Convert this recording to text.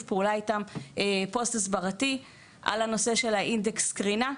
פעולה איתם פוסט הסברתי על הנושא של האינדקס קרינה.